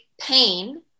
pain